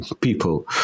people